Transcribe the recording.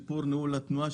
לנושא של שיפור ניהול התנועה,